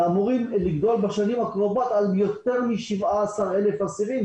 אנחנו אמורים לגדול בשנים הקרובות ביותר מ-17,000 אסירים.